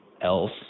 else